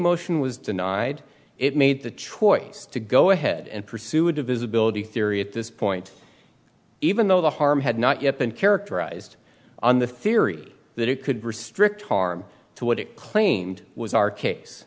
emotion was denied it made the choice to go ahead and pursue a divisibility theory at this point even though the harm had not yet been characterized on the theory that it could restrict harm to what it claimed was our case